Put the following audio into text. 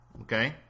Okay